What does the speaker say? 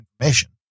information